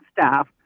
staff